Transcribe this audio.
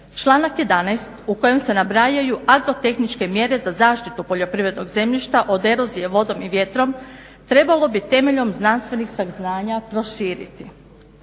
članak 11.u kojem se nabrajaju agrotehničke mjere za zaštitu poljoprivrednog zemljišta od erozije vodom i vjetrom, trebalo bi temeljem znanstvenih saznanja proširiti